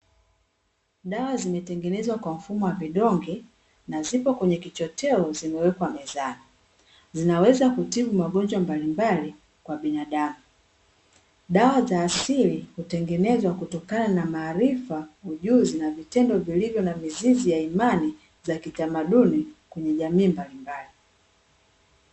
Dawa zimetengenezwa kwa mfumo wa vidonge na zipo kwenye kichoteo zimewekwa mezani zinaweza kutibu magonjwa mbalimbali kwa binadamu. Dawa za asili hutengenezwa kutokana na maarifa, ujuzi na vitendo vilivyo na mizizi ya imani za kitamaduni kwenye jamii mbalimbali.